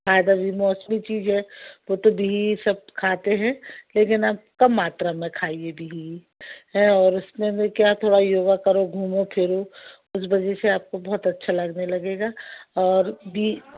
फ़ायदा भी मौसमी चीज़ है वह तो घी यह सब खाते हैं लेकिन आप कम मात्रा में खाइए घी हैं और उसमें वह क्या थोड़ा योगा करो घूमो फिरो उस वजह से आपको बहुत अच्छा लगने लगेगा और भी